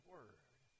Word